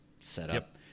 setup